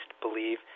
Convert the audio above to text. believe